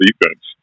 defense